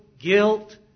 guilt